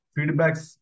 Feedbacks